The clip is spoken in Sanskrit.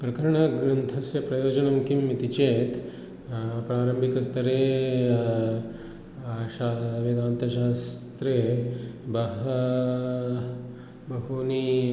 प्रकरणग्रन्थस्य प्रयोजनं किं इति चेत् प्रारम्भिकस्तरे शा वेदान्तशास्त्रे बह बहूनि